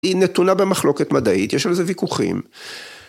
‫היא נתונה במחלוקת מדעית, ‫יש על זה ויכוחים.